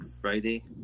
friday